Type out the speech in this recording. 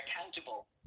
accountable